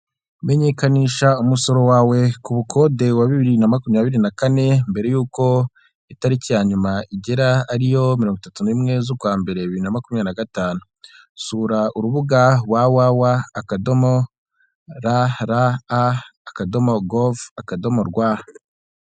Menyekanisha umusoro wawe ku bukode wa bibiri na makumyabiri na kane mbere yuko itariki ya nyuma igera, ariyo mirongo itatu na rimwe y'ukwa mbere bibiri na makumyabiri nagatanu sura urubuga wa wa wa akadomo ra ra a akadomo gove akadomo rwa.